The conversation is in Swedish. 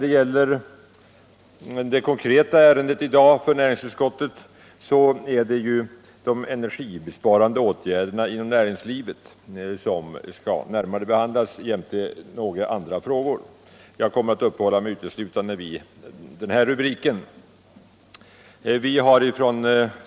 Detta gäller inte bara centerpartiet utan även andra partier. Det konkreta ärendet i dag rör energibesparande åtgärder inom nä ringslivet och några andra frågor. Jag kommer uteslutande att uppehålla mig vid energibesparande åtgärder inom näringslivet.